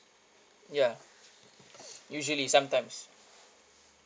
ya usually sometimes